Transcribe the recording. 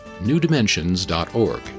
newdimensions.org